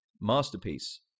masterpiece